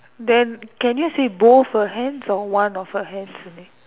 then can you see both her hands or one of her hands only